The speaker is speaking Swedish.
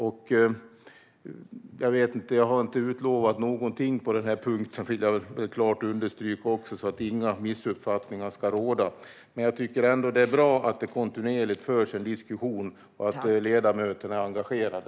Jag vill klart understryka att jag inte har utlovat någonting på denna punkt, så att inga missuppfattningar ska råda. Men jag tycker ändå att det är bra att det kontinuerligt förs en diskussion och att ledamöterna är engagerade.